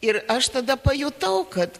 ir aš tada pajutau kad